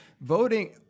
Voting